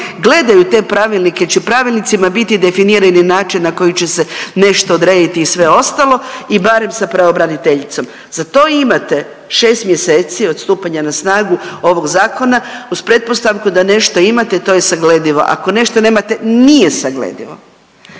gledaju te pravilnike jer će pravilnicima biti definiran način na koji će se nešto odrediti i sve ostalo i barem sa pravobraniteljicom. Za to imate 6 mjeseci od stupanja na snagu ovog zakona uz pretpostavku da nešto imate to je sagledivo, ako nešto nemate nije sagledivo.